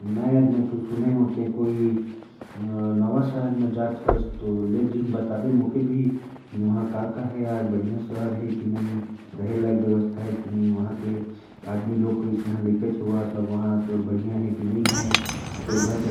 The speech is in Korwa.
न यार, मैंने सुना है कि तुम नये शहर में जा रहे हो। तो बताओ यार, कैसा शहर है? घूमने लायक है कि नहीं? लाइफ सब ठीक है कि नहीं? और बताओ, आए-जाने की